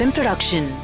Production